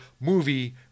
movie